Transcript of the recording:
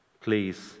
Please